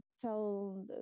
tell